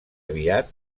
aviat